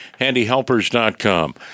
handyhelpers.com